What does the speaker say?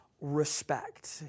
respect